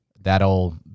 that'll